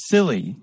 Silly